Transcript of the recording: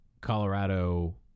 Colorado